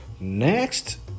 Next